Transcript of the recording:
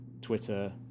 Twitter